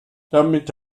damit